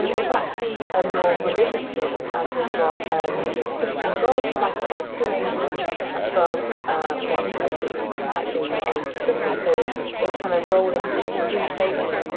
um it's actually a more religious scene as we've got christian god flanked by two angels above what looks might be a city. so there's kind of rolling sea shapes.